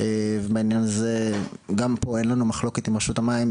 בעניין הזה גם פה אין לנו מחלוקת עם רשות המים,